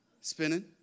Spinning